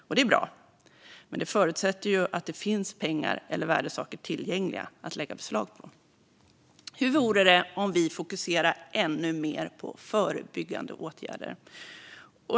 Och det är bra, men det förutsätter ju att det finns pengar eller värdesaker tillgängliga att lägga beslag på. Hur vore det om vi fokuserade ännu mer på förebyggande åtgärder?